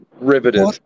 riveted